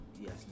Yes